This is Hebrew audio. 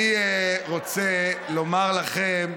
אני רוצה לומר לכם,